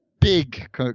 big